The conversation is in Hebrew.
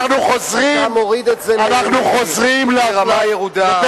אתה מוריד את זה לרמה ירודה.